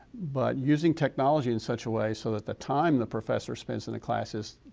but using technology in such a way so that the time the professors spends in the classes,